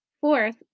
Fourth